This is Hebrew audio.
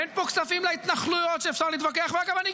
אין פה כספים להתנחלויות שאפשר להתווכח עליהם.